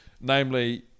Namely